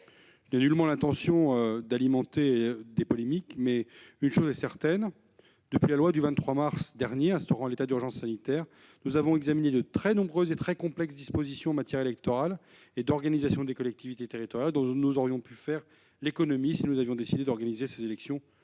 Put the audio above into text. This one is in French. Je n'ai nullement l'intention d'alimenter des polémiques, mais une chose est certaine : depuis la loi du 23 mars 2020 d'urgence pour faire face à l'épidémie de Covid-19, nous avons examiné de très nombreuses et très complexes dispositions en matière électorale et d'organisation des collectivités territoriales dont nous aurions pu faire l'économie si nous avions décidé d'organiser ces élections